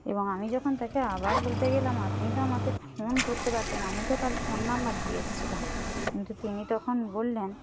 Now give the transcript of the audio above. এবং আমি যখন তাকে আবার বলতে গেলাম আপনি তো আমাকে ফোন করতে পারতেন আমি তো কাল ফোন নম্বর দিয়ে এসছিলাম কিন্তু তিনি তখন বললেন